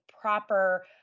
proper